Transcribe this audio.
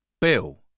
Bill